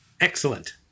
Excellent